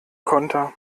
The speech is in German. konter